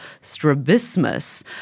strabismus